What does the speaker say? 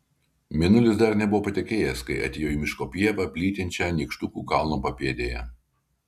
mėnulis dar nebuvo patekėjęs kai atėjo į miško pievą plytinčią nykštukų kalno papėdėje